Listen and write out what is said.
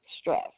stress